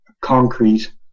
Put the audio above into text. concrete